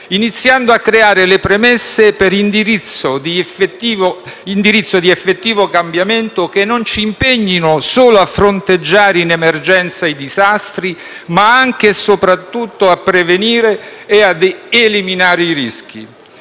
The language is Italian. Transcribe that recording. iniziando a creare le premesse per indirizzi di effettivo cambiamento che non ci impegnino solo a fronteggiare in emergenza i disastri, ma anche e soprattutto a prevenire e ad eliminare i rischi.